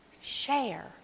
share